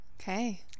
Okay